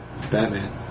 Batman